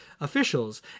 officials